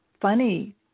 funny